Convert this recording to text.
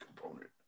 component